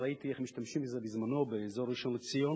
ראיתי איך משתמשים בזה בזמנו באזור ראשון-לציון,